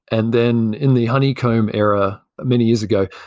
and then in the honeycomb era many years ago,